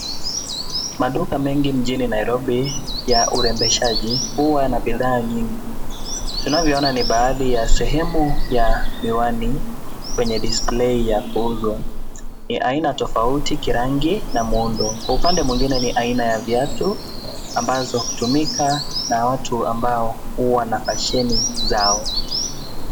Maduka mengi mjini Nairobi ya urembeshaji huwa na bidhaa nyingi. Tunavyoona ni baadhi ya sehemu ya miwani kwenye display ya kuuzwa. Ni aina tofauti kirangi na muundo. Kwa upande mwingine ni aina za viatu ambazo hutumika na watu ambao huwa na fasheni zao.